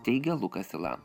teigia lukas yla